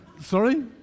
sorry